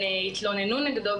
התלוננו נגדו,